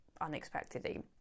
unexpectedly